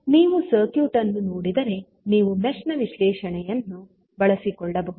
ಈಗ ನೀವು ಸರ್ಕ್ಯೂಟ್ ಅನ್ನು ನೋಡಿದರೆ ನೀವು ಮೆಶ್ ನ ವಿಶ್ಲೇಷಣೆಯನ್ನು ಬಳಸಿಕೊಳ್ಳಬಹುದು